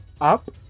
up